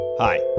Hi